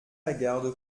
lagarde